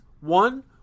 One